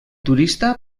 turista